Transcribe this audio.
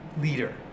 leader